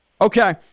Okay